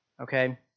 okay